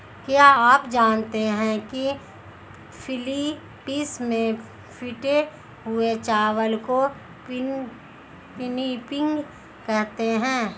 क्या आप जानते हैं कि फिलीपींस में पिटे हुए चावल को पिनिपिग कहते हैं